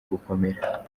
gukomera